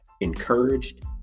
encouraged